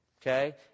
Okay